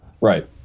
right